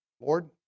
Lord